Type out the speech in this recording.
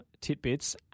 tidbits